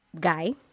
guy